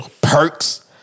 Perks